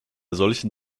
solchen